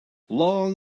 long